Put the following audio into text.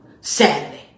Saturday